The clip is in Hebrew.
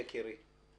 יקירי,